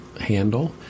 handle